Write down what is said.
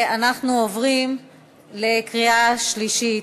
ואנחנו עוברים לקריאה השלישית.